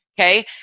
Okay